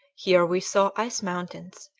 here we saw ice mountains,